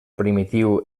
primitiu